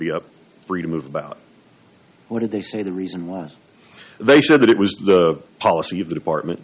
be up free to move about what did they say the reason why they said that it was the policy of the department